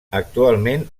actualment